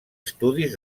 estudis